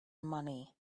money